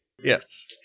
Yes